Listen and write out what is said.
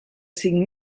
cinc